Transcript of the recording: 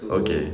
okay